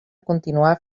continuar